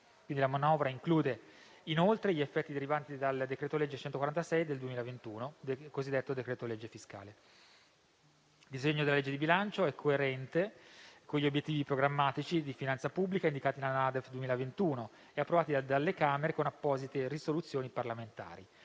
La manovra include, inoltre, gli effetti derivanti dal decreto-legge n. 146 del 2021, il cosiddetto decreto-legge fiscale. Il disegno di legge di bilancio è coerente con gli obiettivi programmatici di finanza pubblica indicati nella NADEF 2021 e approvati dalle Camere con apposite risoluzioni parlamentari.